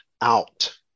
out